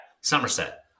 Somerset